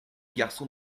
garçon